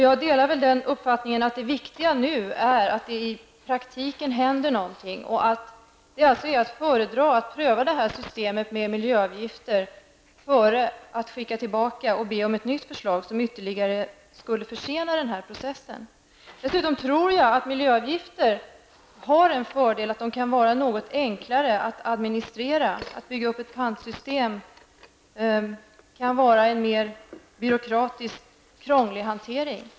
Jag delar uppfattningen att det viktiga nu är att det i praktiken händer någonting, och att det är att föredra att pröva det här systemet med avgifter framför att skicka tillbaka förslaget och be om ett nytt förslag, vilket ytterligare skulle försena den här processen. Dessutom tror jag att miljöavgifter har en fördel, nämligen att de kan vara något enklare att administrera. Att bygga upp ett pantsystem kan innebära en mer byråkratiskt krånglig hantering.